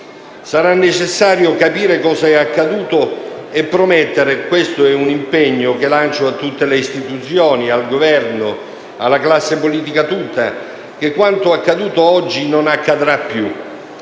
Sarà necessario capire cosa è accaduto e promettere - questo è un impegno che lancio a tutte le istituzioni, al Governo, alla classe politica tutta - che quanto accaduto oggi non accadrà più.